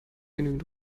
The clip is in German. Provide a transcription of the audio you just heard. genügend